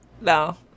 No